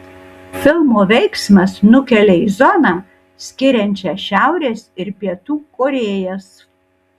filmo veiksmas nukelia į zoną skiriančią šiaurės ir pietų korėjas